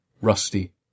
Rusty